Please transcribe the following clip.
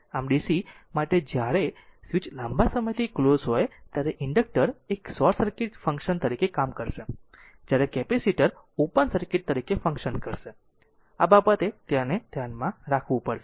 આમ DC માટે જ્યારે સ્વીચ લાંબા સમયથી ક્લોઝ હોય ત્યારે ઇન્ડકટર એક શોર્ટ સર્કિટ ફંક્શન કરશે જ્યારે કેપેસિટર ઓપન સર્કિટ તરીકે ફંક્શન કરશે આ બાબતે તેને ધ્યાનમાં રાખવું પડશે